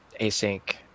Async